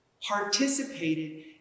participated